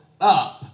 up